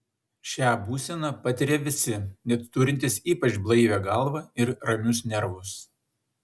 šią būseną patiria visi net turintys ypač blaivią galvą ir ramius nervus